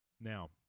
Now